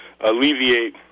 alleviate